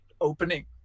opening